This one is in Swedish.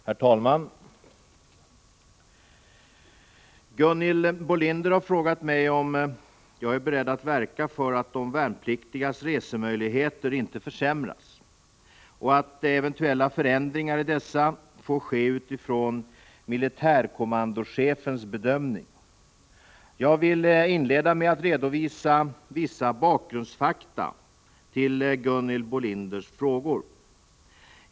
Herr talman! Gunhild Bolander har frågat mig om jag är beredd att verka för att de värnpliktigas resemöjligheter inte försämras, och att eventuella förändringar i dessa får ske utifrån resp. militärkommandochefers bedömning. Jag vill inleda med att redovisa vissa bakgrundsfakta till Gunhild Bolanders frågor.